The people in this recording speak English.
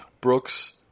Brooks